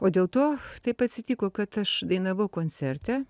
o dėl to taip atsitiko kad aš dainavau koncerte